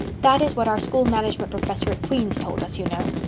that is what our school management professor at queen's told us, you know.